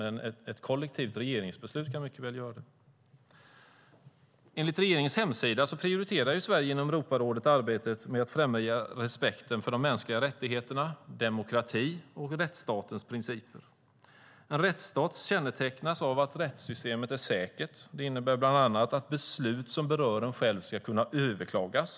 Men ett kollektivt regeringsbeslut kan mycket väl åstadkomma detta. Enligt regeringens hemsida prioriterar Sverige genom Europarådet arbetet med att främja respekten för de mänskliga rättigheterna, demokrati och rättsstatens principer. En rättsstat kännetecknas av att rättssystemet är säkert. Det innebär bland annat att beslut som rör en själv ska kunna överklagas.